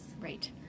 right